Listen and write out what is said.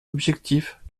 objectif